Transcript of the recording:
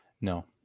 No